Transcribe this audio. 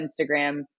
Instagram